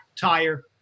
tire